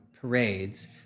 parades